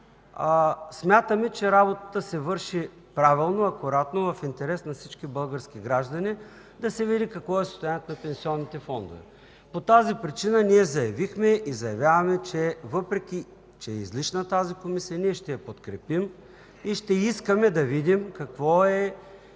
смятаме, че работата се върши правилно, акуратно, в интерес на всички български граждани – да се види какво е състоянието на пенсионните фондове. По тази причина ние заявихме и заявяваме, въпреки че е излишна тази Комисия, ние ще я подкрепим и ще искаме да видим какво е